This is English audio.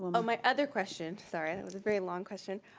oh, my other question. sorry that was a very long question.